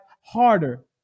harder